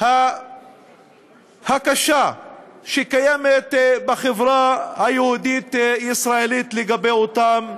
הקשה שקיימת בחברה היהודית-ישראלית לגביהן.